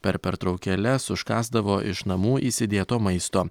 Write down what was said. per pertraukėles užkąsdavo iš namų įsidėto maisto